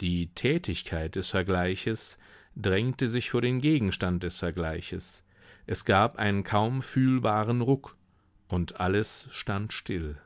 die tätigkeit des vergleiches drängte sich vor den gegenstand des vergleiches es gab einen kaum fühlbaren ruck und alles stand still